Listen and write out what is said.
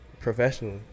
professionally